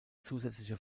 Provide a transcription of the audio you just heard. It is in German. zusätzliche